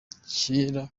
kera